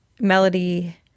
Melody